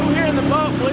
here in the boat